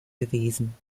gewesen